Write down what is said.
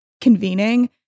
convening